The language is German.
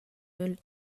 müll